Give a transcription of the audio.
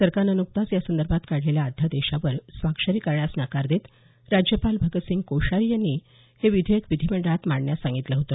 सरकारनं नुकताच यासंदर्भात काढलेल्या अध्यादेशावर स्वाक्षरी करण्यास नकार देत राज्यपाल भगतसिंह कोश्यारी यांनी हे विधेयक विधीमंडळात मांडण्यास सांगितल होत